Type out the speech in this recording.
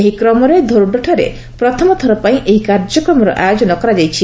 ଏହି କ୍ରମରେ ଧୋରଡୋ ଠାରେ ପ୍ରଥମ ଥର ପାଇଁ ଏହି କାର୍ଯ୍ୟକ୍ରମର ଆୟୋଜନ କରାଯାଇଛି